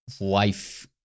life